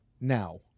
now